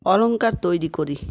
অলংকার তৈরি করি